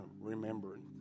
remembering